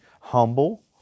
humble